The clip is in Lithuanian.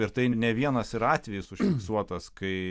ir tai ne vienas yra atvejis užfisuotas kai